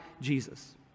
Jesus